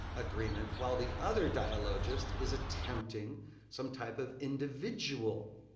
agreement while the other dialogist is attempting some type of individual